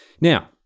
Now